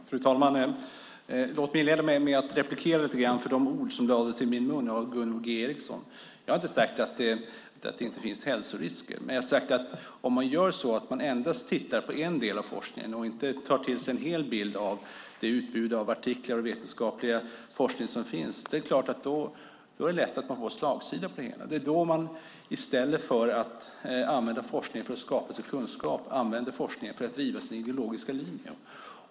Fru talman! Låt mig inleda med att säga något om de ord som lades i min mun av Gunvor G Ericson. Jag har inte sagt att det inte finns hälsorisker. Jag har sagt att det om man endast tittar på en del av forskningen och inte tar till sig en hel bild av det utbud av artiklar och vetenskaplig forskning som finns är lätt att man får slagsida på det hela. Det är då man i stället för att använda forskning för att skaffa sig kunskap använder forskning för att driva sin ideologiska linje.